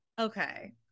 okay